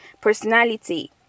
personality